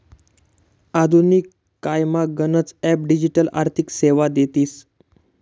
आधुनिक कायमा गनच ॲप डिजिटल आर्थिक सेवा देतीस